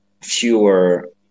fewer